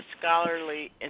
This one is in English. scholarly